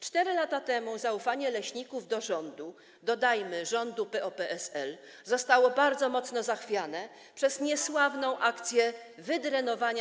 4 lata temu zaufanie leśników do rządu - dodajmy, rządu PO-PSL - zostało bardzo mocno zachwiane przez niesławną akcję wydrenowania.